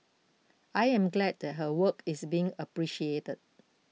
I am glad that her work is being appreciated